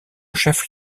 chef